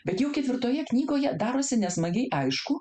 bet jau ketvirtoje knygoje darosi nesmagiai aišku